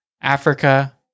Africa